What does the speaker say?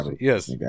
yes